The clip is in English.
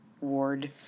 ward